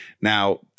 now